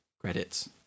credits